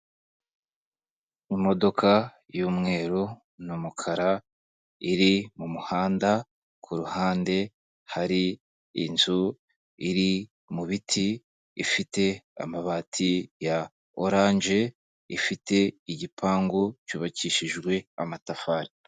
Imodoka y'umweru n'umukara, iri mu muhanda kuruhande hari inzu, iri mubiti ifite amabati ya orange, ifite igipangu cyubakishijwe amatafari.